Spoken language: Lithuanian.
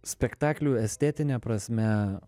spektaklių estetine prasme